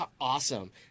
Awesome